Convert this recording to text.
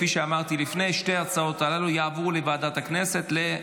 ביקשו, לוועדה לביטחון לאומי.